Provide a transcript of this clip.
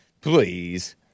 Please